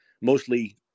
mostly